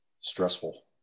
stressful